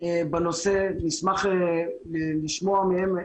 בנושא נשמח לשמוע מהם.